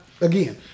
Again